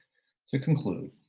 to conclude,